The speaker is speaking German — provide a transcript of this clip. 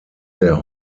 der